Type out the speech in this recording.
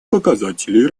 показателей